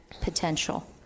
potential